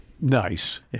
Nice